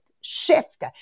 Shift